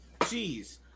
Jeez